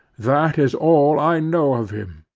that is all i know of him,